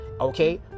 okay